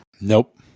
Nope